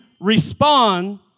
respond